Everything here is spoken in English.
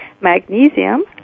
magnesium